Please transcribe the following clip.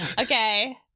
okay